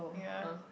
yea